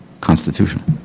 constitutional